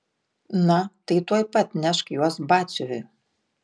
na tai tuoj pat nešk juos batsiuviui